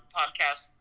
podcast